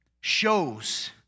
shows